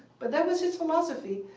but that was his philosophy.